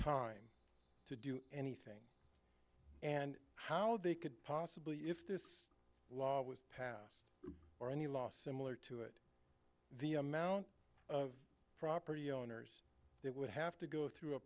time to do anything and how they could possibly if this law was passed or a new law similar to it the amount of property owners that would have to go through a